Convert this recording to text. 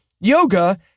yoga